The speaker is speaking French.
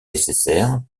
nécessaire